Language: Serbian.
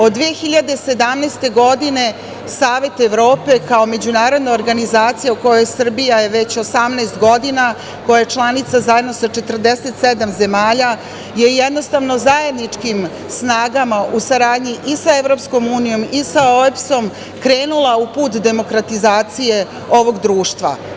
Od 2017. godine Savet Evrope kao međunarodna organizacija, u kojoj je Srbija već 18 godina, koja je članica zajedno sa 47 zemalja, je jednostavno zajedničkim snagama u saradnji i sa Evropskom unijom i sa OEBS-om krenula u put demokratizacije ovog društva.